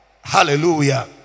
Hallelujah